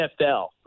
NFL